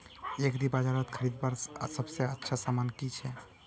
एग्रीबाजारोत खरीदवार सबसे अच्छा सामान की छे?